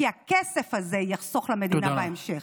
כי הכסף הזה יחסוך למדינה בהמשך.